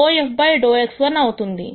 ∂f ∂x1అవుతుంది